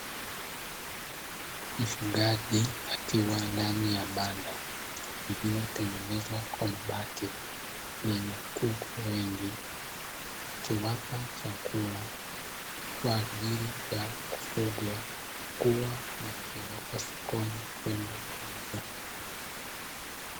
Mfugaji akiwa ndani ya banda lililotengenezwa kwa mabati lenye kuku wengi, akiwapa chakula kwa ajili ya kufugwa ili kukua na kupelekwa sokoni kwenda kuuzwa.